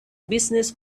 business